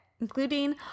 including